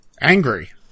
Angry